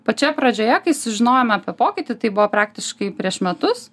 pačioj pradžioje kai sužinojom apie pokytį tai buvo praktiškai prieš metus